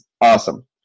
Awesome